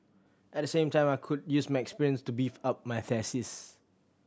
at the same time I could use my experience to beef up my thesis